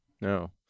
No